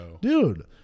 Dude